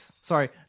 Sorry